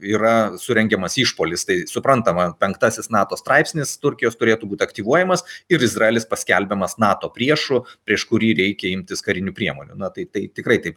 yra surengiamas išpuolis tai suprantama penktasis nato straipsnis turkijos turėtų būt aktyvuojamas ir izraelis paskelbiamas nato priešu prieš kurį reikia imtis karinių priemonių na tai tai tikrai taip